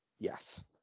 Yes